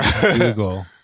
Google